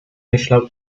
myślał